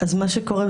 מה שקורה,